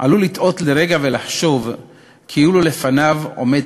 עלול לטעות לרגע ולחשוב כאילו לפניו עומד